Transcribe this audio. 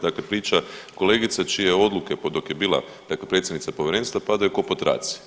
Dakle priča kolegica čije odluke, dok je bila dakle predsjednica Povjerenstva padaju kao po traci.